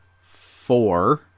four